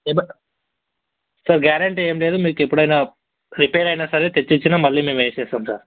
sir guarantee ఏం లేదు మీకు ఎప్పుడైనా రిపేర్ అయిన సరే తెచ్చిచ్చిన మళ్ళీ మేము వేసేస్తాం సార్